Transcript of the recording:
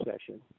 session